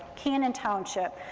cannon township,